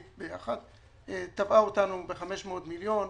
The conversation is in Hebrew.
תבעה אותנו ב-500 מיליון.